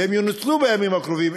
והן ינוצלו בימים הקרובים.